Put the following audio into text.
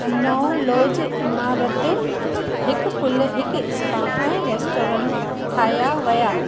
नओं लॉज इमारत हिकु पुल हिकु स्पा ऐं रेस्टोरन ठाहिया विया